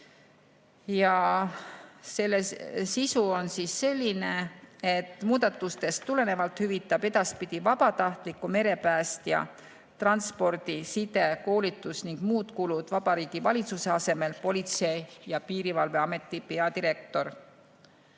Selle sisu on selline, et muudatustest tulenevalt hüvitab edaspidi vabatahtliku merepäästja transpordi-, side-, koolitus- ning muud kulud Vabariigi Valitsuse asemel Politsei- ja Piirivalveameti peadirektor.